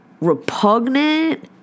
repugnant